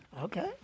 Okay